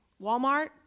Walmart